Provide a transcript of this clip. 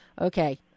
Okay